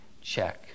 check